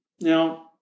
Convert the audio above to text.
Now